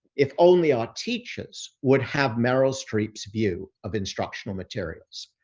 if only our teachers would have meryl streep's view of instructional materials.